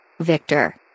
Victor